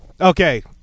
Okay